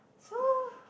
so